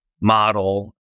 model